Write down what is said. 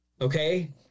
Okay